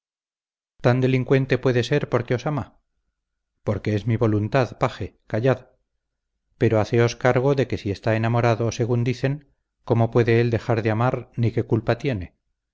tan delincuente puede ser porque os ama porque es mi voluntad paje callad pero haceos cargo de que si está enamorado según dicen cómo puede él dejar de amar ni qué culpa tiene